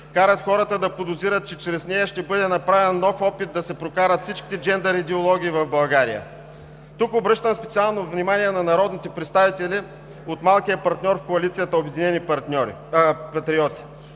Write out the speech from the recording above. кара хората да подозират, че чрез нея ще бъде направен нов опит да се прокарат всичките джендър идеологии в България. Тук обръщам специално внимание на народните представители от малкия партньор в коалицията – „Обединени патриоти“.